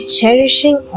cherishing